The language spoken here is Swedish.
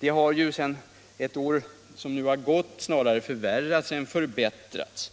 Under det år som gått har problemen snarast förvärrats.